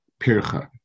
pircha